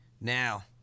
now